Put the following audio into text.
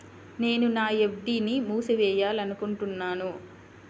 నేను నా ఎఫ్.డీ ని మూసివేయాలనుకుంటున్నాను